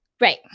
right